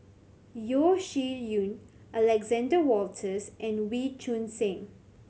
Yeo Shih Yun Alexander Wolters and Wee Choon Seng